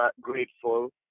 grateful